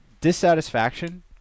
dissatisfaction